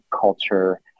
culture